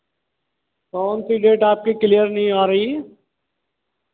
कौन सी डेट आपकी क्लियर नहीं आ रही